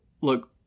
look